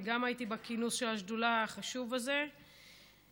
גם אני הייתי בכינוס החשוב הזה של השדולה.